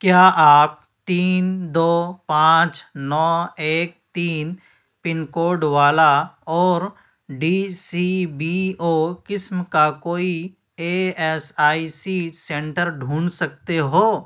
کیا آپ تین دو پانچ نو ایک تین پن کوڈ والا اور ڈی سی بی او قسم کا کوئی A S I C centre ڈھونڈ سکتے ہو